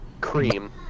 cream